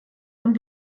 und